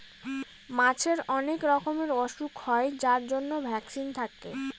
মাছের অনেক রকমের ওসুখ হয় যার জন্য ভ্যাকসিন থাকে